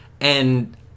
And-